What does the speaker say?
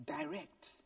direct